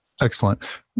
Excellent